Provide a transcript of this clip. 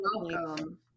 welcome